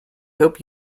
hope